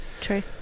true